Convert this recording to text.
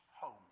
home